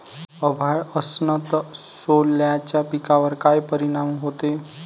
अभाळ असन तं सोल्याच्या पिकावर काय परिनाम व्हते?